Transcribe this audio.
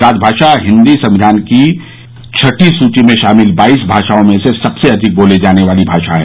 राजभाषा हिन्दी संविधान की छंठी सूची में शामिल बाईस भाषाओं में से सबसे अधिक बोली जाने वाली भाषा है